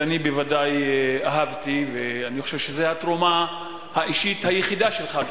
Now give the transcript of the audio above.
שאני בוודאי אהבתי ואני חושב שזאת התרומה האישית היחידה שלך,